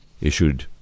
issued